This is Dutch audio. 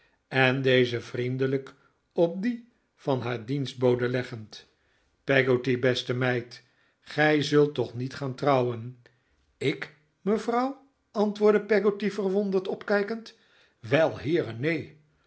en deze vriendelijk op die van haar dienstbode leggend peggotty beste meid gij zult toch niet gaan trouwen ik mevrouw antwoordde peggotty verwonderd opkijkend wel heere neen